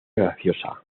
graciosa